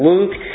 Luke